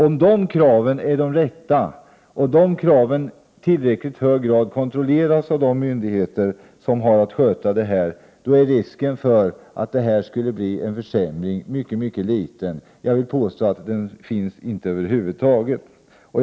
Om de kraven är de rätta och i tillräckligt hög grad kontrolleras av de myndigheter som har att sköta det är risken för en försämring mycket liten. Jag vill påstå att den över huvud taget inte finns.